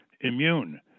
immune